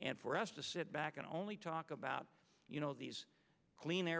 and for us to sit back and only talk about you know these clean air